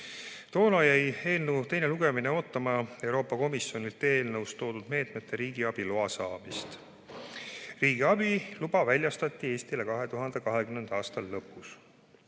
Toona jäi eelnõu teine lugemine ootama Euroopa Komisjonilt eelnõus toodud meetmete riigiabi loa saamist. Riigiabi luba väljastati Eestile 2020. aasta lõpus.